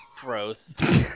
gross